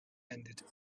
ended